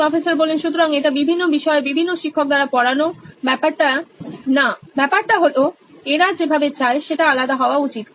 professor সুতরাং এটা বিভিন্ন বিষয়ে বিভিন্ন শিক্ষক দ্বারা পড়ানো ব্যাপারটা না ব্যাপারটা হল এরা যেভাবে চায় সেটা আলাদা হওয়া উচিত